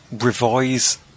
revise